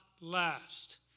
last